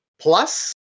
Plus